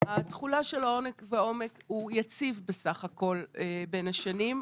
התחולה של העומק של העוני הוא יציב בסך הכול בין השנים.